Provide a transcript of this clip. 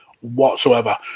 whatsoever